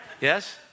Yes